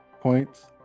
points